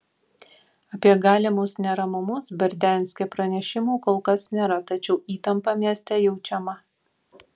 apie galimus neramumus berdianske pranešimų kol kas nėra tačiau įtampa mieste jaučiama